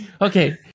okay